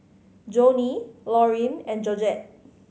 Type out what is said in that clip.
Joanie Loreen and Georgette